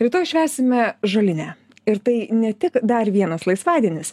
rytoj švęsime žolinę ir tai ne tik dar vienas laisvadienis